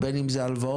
בין אם זה הלוואות,